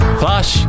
flash